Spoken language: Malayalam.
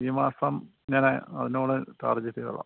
ഈ മാസം ഞാൻ അതിൻറ്റോടെ ടാർജറ്റ് ചെയ്തോളാം